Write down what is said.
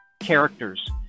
characters